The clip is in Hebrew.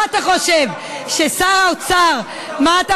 מה אתה חושב, ששר האוצר, למה זה רק בתרבות?